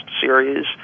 series